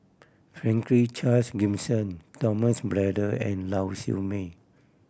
Franklin Charles Gimson Thomas Braddell and Lau Siew Mei